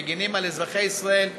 שמגינים על אזרחי ישראל,